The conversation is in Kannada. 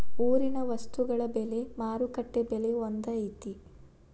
ಊರಿನ ವಸ್ತುಗಳ ಬೆಲೆ ಮಾರುಕಟ್ಟೆ ಬೆಲೆ ಒಂದ್ ಐತಿ?